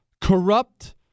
corrupt